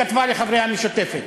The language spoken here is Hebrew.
כתבה לחברי המשותפת.